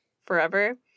forever